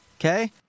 Okay